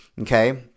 Okay